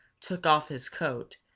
took off his coat,